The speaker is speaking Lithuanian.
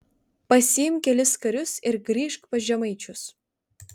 pasiimk kelis karius ir grįžk pas žemaičius